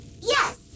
Yes